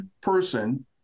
person